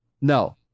No